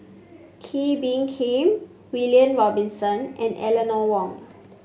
Kee Bee Khim William Robinson and Eleanor Wong